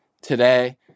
Today